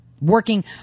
working